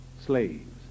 slaves